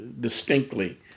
distinctly